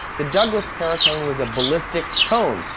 the douglas paracone was a ballistic cone,